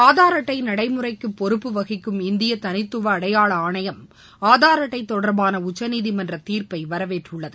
ஆதார் அட்டை நடைமுறைக்கு பொறுப்பு வகிக்கும் இந்திய தனித்துவ அடையாள ஆணையம் ஆதார் அட்டை தொடர்பான உச்சநீதிமன்ற தீர்ப்பை வரவேற்றுள்ளது